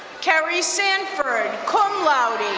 carrie sanford, cum laude.